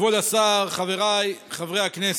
כבוד השר, חבריי חברי הכנסת,